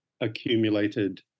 accumulated